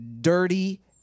DIRTY